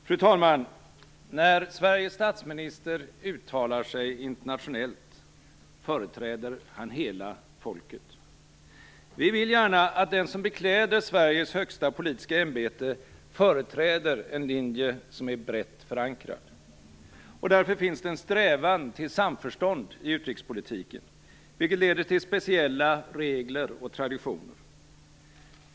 Fru talman! När Sveriges statsminister uttalar sig internationellt företräder han hela folket. Vi vill gärna att den som bekläder Sveriges högsta politiska ämbete företräder en linje som är brett förankrad. Därför finns det en strävan till samförstånd i utrikespolitiken, vilket leder till speciella regler och traditioner.